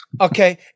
Okay